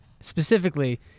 Specifically